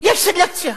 יש סלקציה.